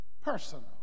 personal